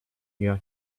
your